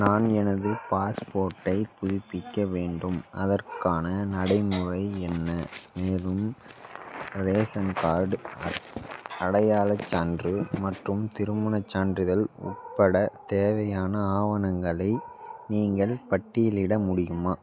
நான் எனது பாஸ்போர்ட்டை புதுப்பிக்க வேண்டும் அதற்கான நடைமுறை என்ன மேலும் ரேஷன் கார்ட் அடையாளச் சான்று மற்றும் திருமணச் சான்றிதழ் உட்பட தேவையான ஆவணங்களை நீங்கள் பட்டியலிட முடியுமா